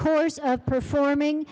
course of performing